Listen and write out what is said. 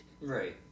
Right